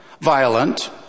violent